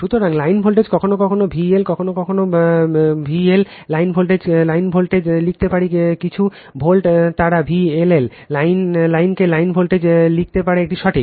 সুতরাং line voltage কখনও কখনও V L কখনও একইভাবে কল কখনও একইভাবে V L লাইনকে লাইন ভোল্টেজে লিখতে পারে কিছু ভোল্ট তারা V LL লাইনকে লাইন ভোল্টেজ লিখতে পারে এটি সঠিক